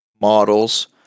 models